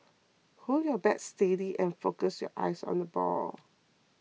hold your bat steady and focus your eyes on the ball